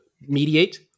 mediate